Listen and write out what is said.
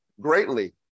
greatly